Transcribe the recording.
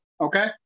Okay